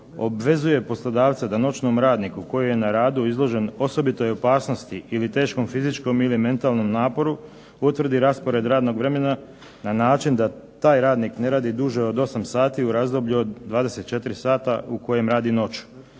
obvezuje poslodavca da noćnom radniku koji je na radu izložen osobitoj opasnosti ili teškom fizičkom ili mentalnom naporu utvrdi raspored radnog vremena na način da taj radnik ne radi duže od 8 sati u razdoblju od 24 sata u kojem radi noću.